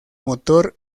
motor